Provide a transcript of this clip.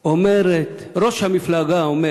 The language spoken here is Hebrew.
ראש המפלגה אומר